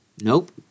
Nope